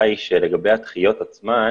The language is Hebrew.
אחוז הדחיות הרבה יותר גדול מאחוז